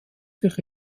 sich